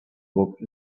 book